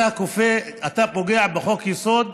אתה פוגע בחוק-יסוד: